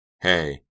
Hey